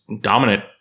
dominant